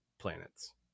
planets